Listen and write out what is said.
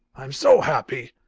i'm so happy!